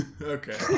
Okay